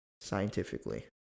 scientifically